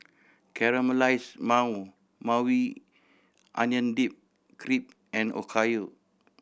Caramelized Maui Onion Dip Crepe and Okayu